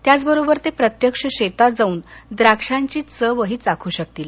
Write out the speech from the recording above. त्याच बरोबरच ते प्रत्यक्ष शेतात जाऊन द्राक्षांची चवही चाखू शकतील